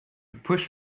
push